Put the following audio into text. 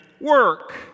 work